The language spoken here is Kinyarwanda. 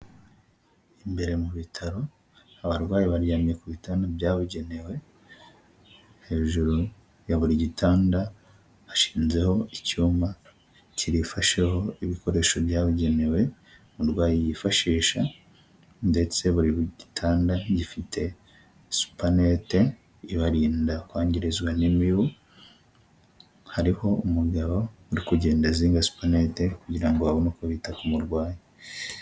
Imbere mu bitaro, abarwayi baryamye ku bi bitaro byabugenewe, hejuru ya buri gitanda, hashinzeho icyuma gifasheho ibikoresho byabugenewe umurwayi yifashisha, ndetse buri gitanda gifite supapanete, ibarinda kwangirizwa n'imibu, hariho umugabo uri kugenda azinga supanete kugira ngo babone uko bita ku murwayi.